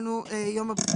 יום ...